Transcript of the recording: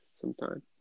sometime